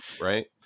right